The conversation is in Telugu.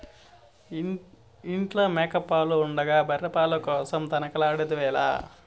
ఇంట్ల మేక పాలు ఉండగా బర్రె పాల కోసరం తనకలాడెదవేల